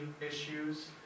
issues